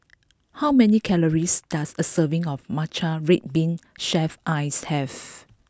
how many calories does a serving of Matcha Red Bean Shaved Ice have